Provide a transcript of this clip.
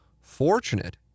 fortunate